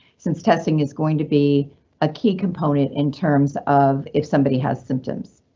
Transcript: since testing is going to be a key component in terms of if somebody has symptoms.